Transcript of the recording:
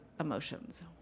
emotions